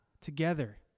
together